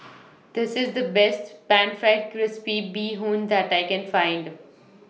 This IS The Best Pan Fried Crispy Bee Hoon that I Can Find